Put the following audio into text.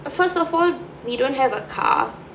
first of all we don't have a car